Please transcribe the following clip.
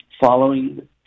following